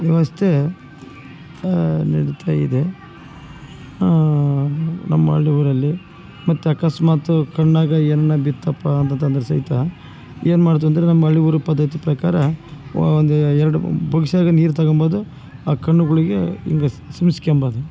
ವ್ಯವಸ್ಥೆ ಆ ನಡೀತಾ ಇದೆ ನಮ್ಮ ಹಳ್ಳಿಗಳಲ್ಲಿ ಮತ್ತು ಅಕಸ್ಮಾತು ಕಣ್ಣಿಗೆ ಎಣ್ಣೆ ಬಿತ್ತಪ್ಪ ಅಂತಂದ್ರೆ ಸಹಿತ ಏನು ಮಾಡೋದಂದರೆ ನಮ್ಮ ಹಳ್ಳಿಗರು ಪದ್ಧತಿ ಪ್ರಕಾರ ಒಂದು ಎರಡು ಬೊಗಸೇಲಿ ನೀರು ತಗೊಂಬಂದು ಆ ಕಣ್ಣುಗಳಿಗೆ ಹೀಗೆ ಚಿಮ್ಸ್ಕ್ಯಾಂಬಾರದು